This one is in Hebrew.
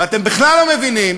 ואתם בכלל לא מבינים